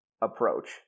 approach